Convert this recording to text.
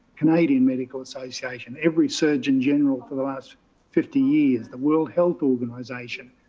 canadian medical association, every surgeon general for the last fifty years, the world health organization.